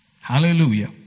Hallelujah